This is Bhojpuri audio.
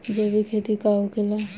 जैविक खेती का होखेला?